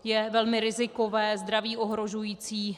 Je velmi rizikové, zdraví ohrožující.